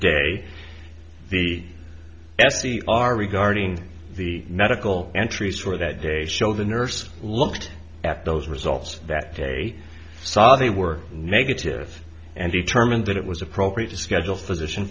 day the se are regarding the medical entries for that day show the nurse looked at those results that day saw they were negative and determined that it was appropriate to schedule physician